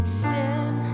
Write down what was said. sin